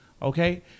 Okay